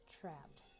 trapped